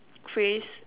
phrase